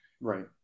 Right